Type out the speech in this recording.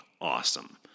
awesome